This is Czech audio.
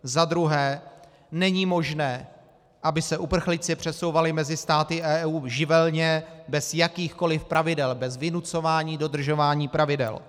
Za druhé, není možné, aby se uprchlíci přesouvali mezi státy EU živelně bez jakýchkoli pravidel, bez vynucování dodržování pravidel.